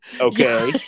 okay